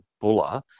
Buller